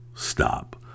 Stop